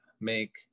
make